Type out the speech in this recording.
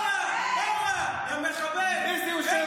גאה, גאה במולדת שלי.